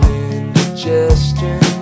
indigestion